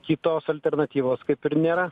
kitos alternatyvos kaip ir nėra